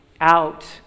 out